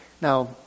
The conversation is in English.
Now